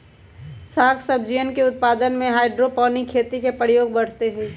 साग सब्जियन के उत्पादन में हाइड्रोपोनिक खेती के प्रयोग बढ़ते हई